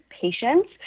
patients